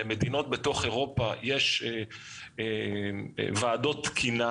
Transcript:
למדינות בתוך אירופה יש ועדות תקינה